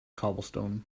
cobblestone